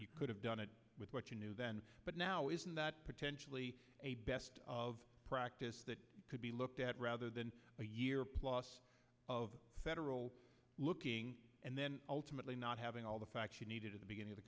you could have done it with what you knew then but now isn't that potentially a best of practice that could be looked at rather than a year plus of federal looking and then ultimately not having all the facts you needed at the beginning of